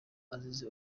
azize